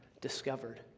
discovered